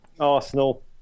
Arsenal